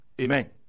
Amen